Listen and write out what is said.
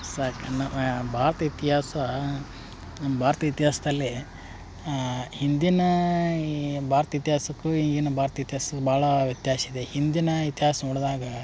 sir Bharat ಇತಿಹಾಸ ನಮ್ಮ ಭಾರತ ಇತಿಹಾಸ್ದಲ್ಲಿ ಹಿಂದಿನ ಈ ಭಾರ್ತ ಇತಿಹಾಸಕ್ಕೂ ಈಗಿನ ಭಾರತ ಇತಿಹಾಸ ಭಾಳ ವ್ಯತ್ಯಾಸ ಇದೆ ಹಿಂದಿನ ಇತಿಹಾಸ ನೋಡಿದಾಗ